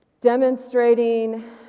demonstrating